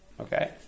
Okay